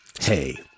hey